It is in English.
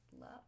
love